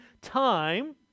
time